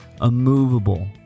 immovable